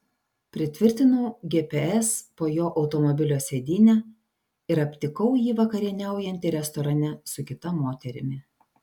pritvirtinau gps po jo automobilio sėdyne ir aptikau jį vakarieniaujantį restorane su kita moterimi